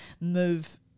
move